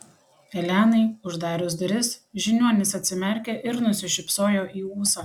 elenai uždarius duris žiniuonis atsimerkė ir nusišypsojo į ūsą